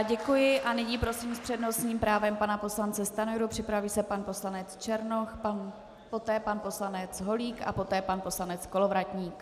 Děkuji a nyní prosím s přednostním právem pana poslance Stanjuru, připraví se pan poslanec Černoch, poté pan poslanec Holík a poté pan poslanec Kolovratník.